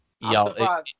y'all